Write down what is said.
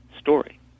story